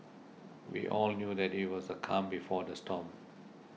we all knew that it was the calm before the storm